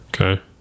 Okay